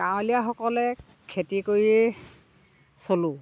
গাঁৱলীয়াসকলে খেতি কৰিয়ে চলোঁ